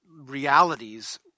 realities